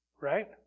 right